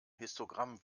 histogramm